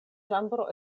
ĉambro